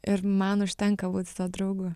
ir man užtenka būt draugu